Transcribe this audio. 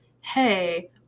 hey